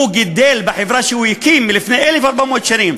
הוא גידל בחברה שהוא הקים לפני 1,400 שנים,